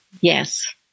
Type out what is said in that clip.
Yes